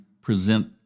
present